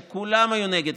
שכולם היו נגד,